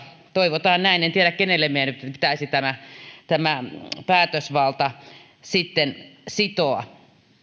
toivotaan näin en tiedä kenelle meidän pitäisi tämä päätösvalta sitten sitoa